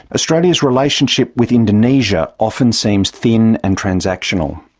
australia's relationship with indonesia often seems thin and transactional.